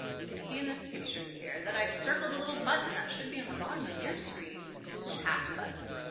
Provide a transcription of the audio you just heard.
you can see in this picture here that i've circled a little button that should be on the bottom of your screen. it's the chat button.